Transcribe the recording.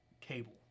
cable